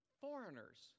foreigners